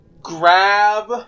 grab